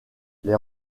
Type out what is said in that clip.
les